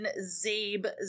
Zabe